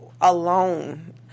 alone